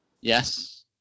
Yes